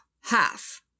half